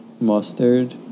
mustard